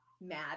mad